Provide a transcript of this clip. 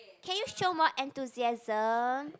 can you show more enthusiasm